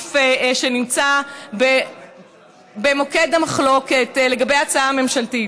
הסעיף שנמצא במוקד המחלוקת, לגבי ההצעה הממשלתית.